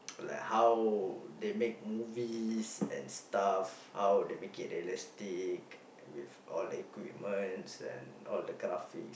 like how they make movies and stuff how they make it realistic with all the equipments and all the craft